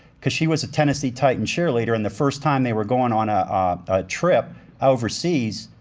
cause she was a tennessee titan cheerleader, and the first time they were going on ah a trip overseas,